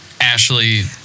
Ashley